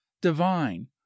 divine